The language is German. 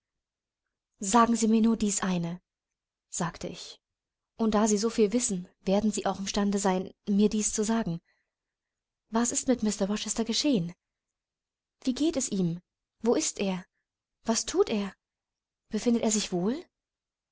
sagen sie mir nur dies eine sagte ich und da sie so viel wissen werden sie auch imstande sein mir dies zu sagen was ist mit mr rochester geschehen wie geht es ihm wo ist er was thut er befindet er sich wohl